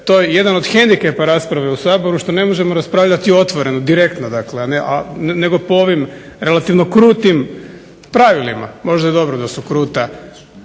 je to jedan od hendikepa rasprave u Saboru što ne možemo raspravljati otvoreno, direktno nego po ovim relativno krutim pravilima. Možda je dobro da su kruta.